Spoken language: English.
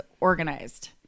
organized